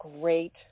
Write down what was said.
great